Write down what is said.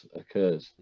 occurs